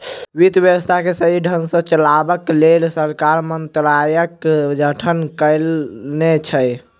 वित्त व्यवस्था के सही ढंग सॅ चलयबाक लेल सरकार मंत्रालयक गठन करने छै